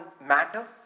matter